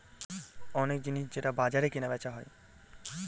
অনেক জিনিস যেটা বাজারে কেনা বেচা হয়